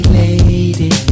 lady